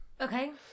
Okay